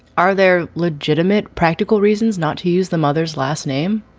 are there legitimate practical reasons not to use the mother's last name?